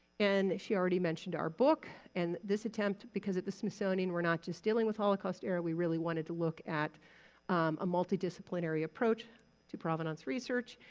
and she already mentioned our book. and this attempt, because at the smithsonian we're not just dealing with holocaust-era, we really wanted to look at a multidisciplinary approach to provenance research.